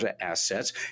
assets